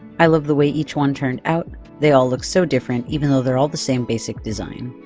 i love the way each one turned out, they all look so different, even though they're all the same basic design.